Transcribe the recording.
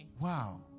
Wow